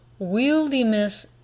Wieldiness